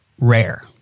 rare